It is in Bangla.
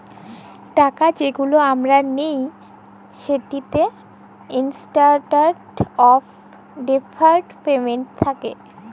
টাকা যেগুলা আমরা লিই সেটতে ইসট্যান্ডারড অফ ডেফার্ড পেমেল্ট থ্যাকে